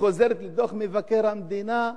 היא חוזרת לדוח מבקר המדינה,